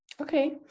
Okay